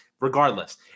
Regardless